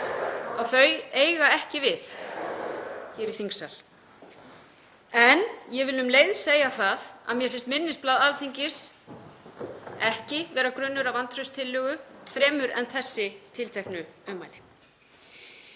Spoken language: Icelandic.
að þau eiga ekki við í þingsal. Ég vil um leið segja það að mér finnst minnisblað Alþingis ekki vera grunnur að vantrauststillögu fremur en þessi tilteknu ummæli.